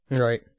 Right